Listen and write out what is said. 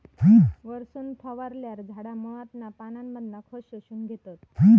वरसून फवारल्यार झाडा मुळांतना पानांमधना खत शोषून घेतत